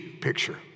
picture